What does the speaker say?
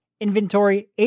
inventory